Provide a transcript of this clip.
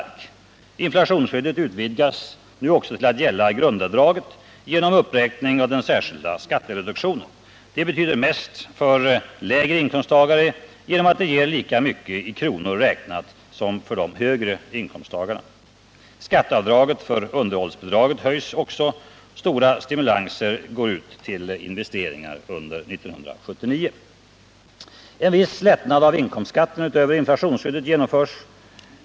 Inflations 14 december 1978 skyddet utvidgas nu också till att gälla grundavdraget genom uppräkning av den särskilda skattereduktionen. Det betyder mest för lägre inkomsttagare genom att det ger lika mycket i kronor räknat som för de högre inkomsttagarna. Skatteavdraget för underhållsbidraget höjs också. Stora stimulanser ges till investeringar under 1979. En viss lättnad av inkomstskatten utöver inflationsskyddet genomförs.